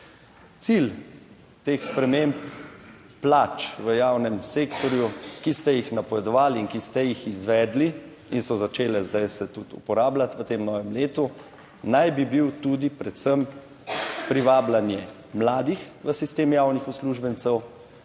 Cilj teh sprememb plač v javnem sektorju, ki ste jih napovedovali in ki ste jih izvedli in so začele zdaj se tudi uporabljati v tem novem letu, naj bi bil tudi predvsem privabljanje mladih v sistem javnih uslužbencev,